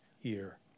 year